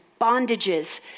bondages